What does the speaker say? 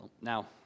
Now